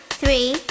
three